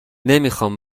نمیخواهم